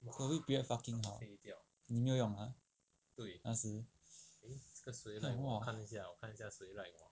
COVID period fucking hard 你有没有用 ah 那时选我